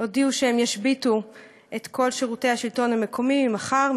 הודיעו שהם ישביתו את כל שירותי השלטון המקומי ממחר,